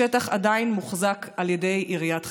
השטח עדיין מוחזק על ידי עיריית חברון.